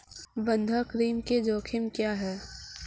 बंधक ऋण के जोखिम क्या हैं?